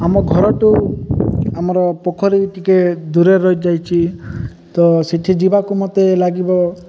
ଆମ ଘରଠୁ ଆମର ପୋଖରୀ ଟିକେ ଦୂରରେ ରହିଯାଇଛି ତ ସେଠି ଯିବାକୁ ମୋତେ ଲାଗିବ